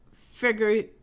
figure